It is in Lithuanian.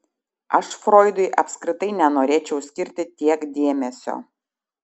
aš froidui apskritai nenorėčiau skirti tiek dėmesio